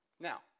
Now